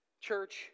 Church